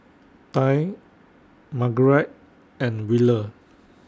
Tye Margurite and Wheeler